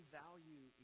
value